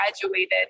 graduated